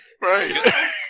Right